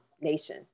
nation